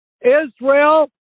Israel